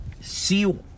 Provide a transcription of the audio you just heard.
see